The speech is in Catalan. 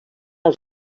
als